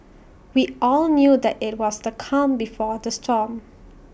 we all knew that IT was the calm before the storm